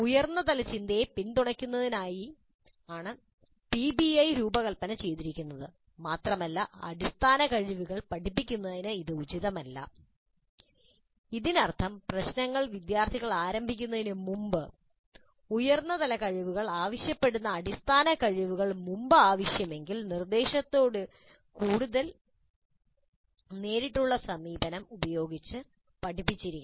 ഉയർന്ന തലചിന്തയെ പിന്തുണയ്ക്കുന്നതിനായാണ് പിബിഐ രൂപകൽപ്പന ചെയ്തിരിക്കുന്നത് മാത്രമല്ല അടിസ്ഥാന കഴിവുകൾ പഠിപ്പിക്കുന്നതിന് ഇത് ഉചിതമല്ല അതിനർത്ഥം പ്രശ്നങ്ങൾ വിദ്യാർത്ഥികൾ ആരംഭിക്കുന്നതിനുമുമ്പ് ഉയർന്ന തലകഴിവുകൾ ആവശ്യപ്പെടുന്ന അടിസ്ഥാന കഴിവുകൾ മുമ്പ് ആവശ്യമെങ്കിൽ നിർദ്ദേശങ്ങളോട് കൂടുതൽ നേരിട്ടുള്ള സമീപനം ഉപയോഗിച്ച് പഠിപ്പിച്ചിരിക്കണം